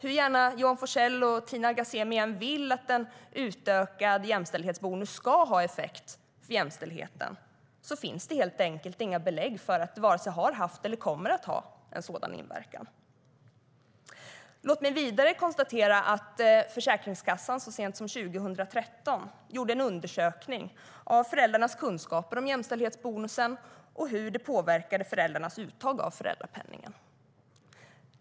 Hur gärna Johan Forssell och Tina Ghasemi än vill att en utökad jämställdhetsbonus ska ha effekt på jämställdheten finns det helt enkelt inga belägg för att den vare sig har haft eller kommer att ha en sådan inverkan. Låt mig vidare konstatera att Försäkringskassan så sent som 2013 gjorde en undersökning om föräldrarnas kunskap om jämställdhetsbonusen och hur den påverkade föräldrarnas uttag av föräldrapenningen.